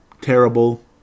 terrible